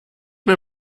mir